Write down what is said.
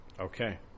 Okay